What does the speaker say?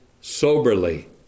soberly